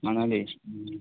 নালাগে